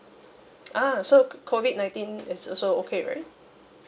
ah so COVID nineteen is also okay right